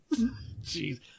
Jeez